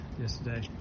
yesterday